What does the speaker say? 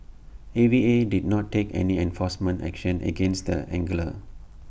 A V A did not take any enforcement action against the angler